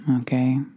Okay